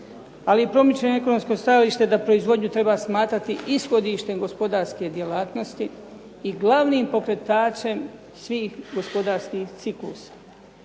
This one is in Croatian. ali i promičem ekonomsko stajalište da proizvodnju treba smatrati ishodištem gospodarske djelatnosti i glavnim pokretačem svih gospodarskih ciklusa.